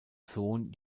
sohn